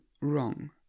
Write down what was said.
wrong